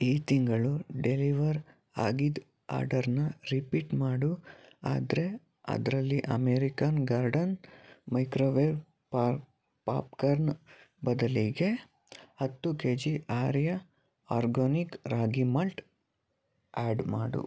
ಈ ತಿಂಗಳು ಡೆಲಿವರ್ ಆಗಿದ್ದ ಆರ್ಡರ್ನ ರಿಪೀಟ್ ಮಾಡು ಆದರೆ ಅದರಲ್ಲಿ ಅಮೆರಿಕನ್ ಗಾರ್ಡನ್ ಮೈಕ್ರೋವೇವ್ ಪಾಪ್ಕಾರ್ನ್ ಬದಲಿಗೆ ಹತ್ತು K G Arya organic ragi malt add ಮಾಡು